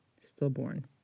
stillborn